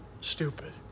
stupid